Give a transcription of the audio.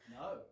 No